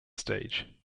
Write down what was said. stage